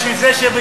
בשביל זה,